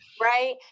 right